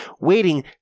waiting